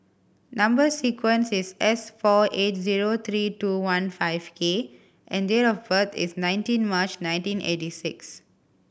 number sequence is S four eight zero three two one five K and date of birth is nineteen March nineteen eighty six